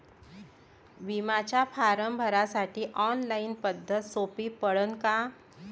बिम्याचा फारम भरासाठी ऑनलाईन पद्धत सोपी पडन का?